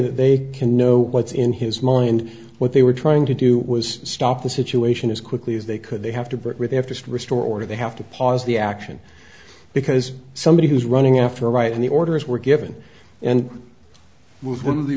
that they can know what's in his mind what they were trying to do was stop the situation as quickly as they could they have to but really have to restore order they have to pause the action because somebody who's running after writing the orders were given and